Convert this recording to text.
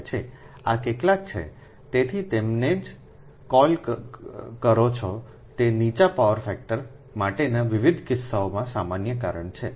આ કેટલાક છે તેથી તમે જેને ક callલ કરો છો તે નીચા પાવર ફેક્ટર માટેના વિવિધ કિસ્સાઓમાં સામાન્ય કારણ છે